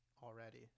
already